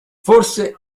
forse